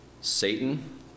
Satan